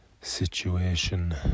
Situation